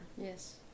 Yes